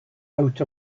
out